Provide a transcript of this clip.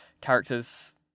characters